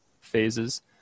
phases